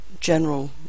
general